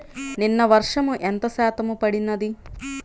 నిన్న వర్షము ఎంత శాతము పడినది?